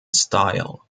style